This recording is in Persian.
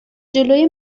جلوی